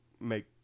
make